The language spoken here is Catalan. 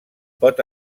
pot